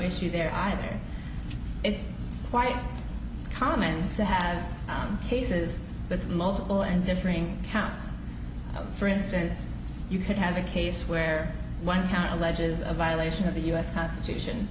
issue there either it's quite common to have cases with multiple and differing accounts for instance you could have a case where one count alleges a violation of the u s constitution